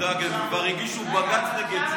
אל תדאג, הם כבר הגישו בג"ץ נגד זה.